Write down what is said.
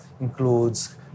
includes